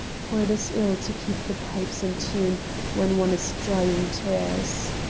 for it is ill to keep the pipes in tune when one is drying tears.